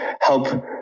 help